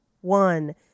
one